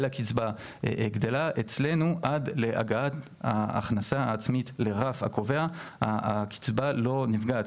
הקצבה גדלה אצלנו עד להגעת ההכנסה העצמית לרף הקובע הקצבה לא נפגעת.